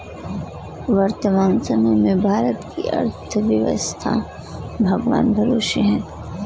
वर्तमान समय में भारत की अर्थव्यस्था भगवान भरोसे है